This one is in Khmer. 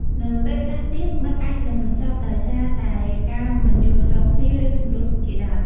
នៅពេលខ្លះទៀតមិត្តអាចនឹងបញ្ចប់ដោយសារតែការមិនយល់ស្របគ្នា ឬ ជម្លោះជាដើម។